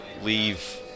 leave